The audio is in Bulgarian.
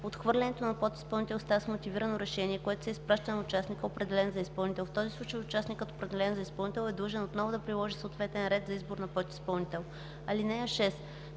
Отхвърлянето на подизпълнител става с мотивирано решение, което се изпраща на участника, определен за изпълнител. В този случай участникът, определен за изпълнител, е длъжен отново да приложи съответния ред за избор на подизпълнител. (6)